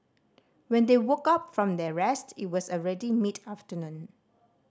when they woke up from their rest it was already mid afternoon